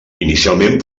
inicialment